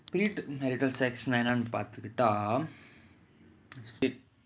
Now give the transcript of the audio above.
pre marital sex என்னனுபார்த்துக்கிட்டா:ennanu parthukita